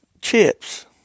Chips